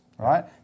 right